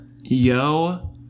Yo